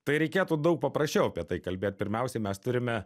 tai reikėtų daug paprasčiau apie tai kalbėt pirmiausiai mes turime